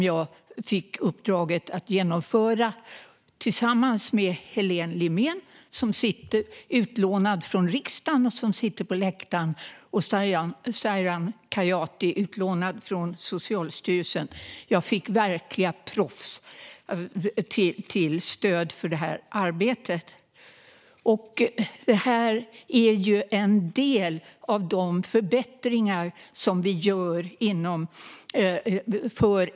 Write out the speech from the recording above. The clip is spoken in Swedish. Jag fick uppdraget att genomföra den tillsammans med Helene Limén, utlånad från riksdagen och just nu närvarande uppe på läktaren, och Sayran Khayati, utlånad från Socialstyrelsen. Jag fick verkliga proffs till stöd för det här arbetet. Detta är en del av de förbättringar vi gör för äldreomsorgen.